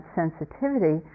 sensitivity